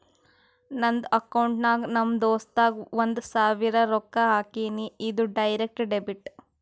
ನಂದ್ ಅಕೌಂಟ್ಲೆ ನಮ್ ದೋಸ್ತುಗ್ ಒಂದ್ ಸಾವಿರ ರೊಕ್ಕಾ ಹಾಕಿನಿ, ಇದು ಡೈರೆಕ್ಟ್ ಡೆಬಿಟ್